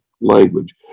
language